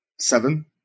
seven